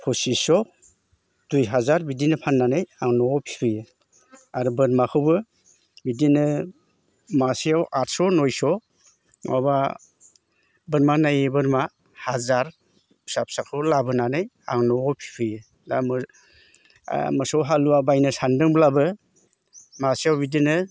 पसिच्च' दुइहाजार बिदिनो फाननानै आं न'वाव फिफैयो आरो बोरमाखौबो बिदिनो मासेयाव आटस' नइस' नङाबा बोरमा नायै बोरमा हाजार फिसा फिसाखौ लाबोनानै आं न'वाव फिफैयो दा मोसौ हालुवा बायनो सानदोंब्लाबो मासेयाव बिदिनो